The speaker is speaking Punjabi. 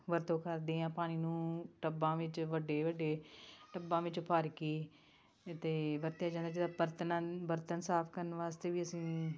ਵਰਤੋਂ ਕਰਦੇ ਹਾਂ ਪਾਣੀ ਨੂੰ ਟੱਬਾਂ ਵਿੱਚ ਵੱਡੇ ਵੱਡੇ ਟੱਬਾਂ ਵਿੱਚ ਭਰ ਕੇ ਅਤੇ ਵਰਤਿਆ ਜਾਂਦਾ ਜਦੋਂ ਬਰਤਨਾਂ ਬਰਤਨ ਸਾਫ਼ ਕਰਨ ਵਾਸਤੇ ਵੀ ਅਸੀਂ